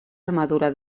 armadura